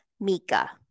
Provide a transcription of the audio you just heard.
Mika